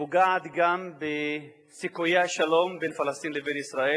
ופוגעת גם בסיכויי השלום בין פלסטין לבין ישראל,